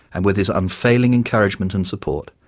and with his unfailing encouragement and support,